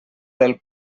del